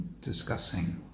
discussing